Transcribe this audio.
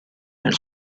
nel